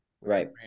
Right